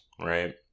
right